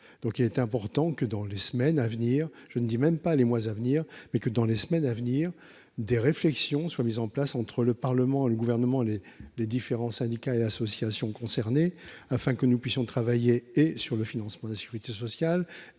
donc il est important que dans les semaines à venir, je ne dis même pas les mois à venir, mais que dans les semaines à venir, des réflexions soient mises en place entre le Parlement et le gouvernement les les différents syndicats et associations concernées afin que nous puissions travailler et sur le financement de la Sécurité sociale